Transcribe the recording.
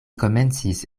komencis